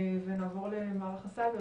נעבור למערך הסייבר,